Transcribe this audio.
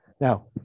Now